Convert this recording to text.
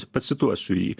pacituosiu jį